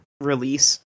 release